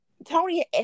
Tony